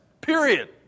Period